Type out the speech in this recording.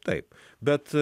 taip bet